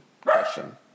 question